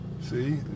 see